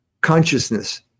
consciousness